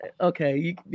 okay